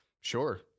sure